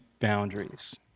boundaries